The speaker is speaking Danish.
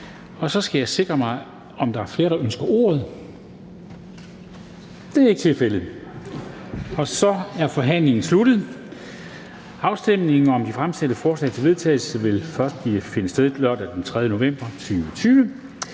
Så skal jeg høre, om der er flere, der ønsker ordet. Det er ikke tilfældet, og så er forhandlingen sluttet. Afstemningen om de fremsatte forslag til vedtagelse vil først finde sted tirsdag den 3. november 2020.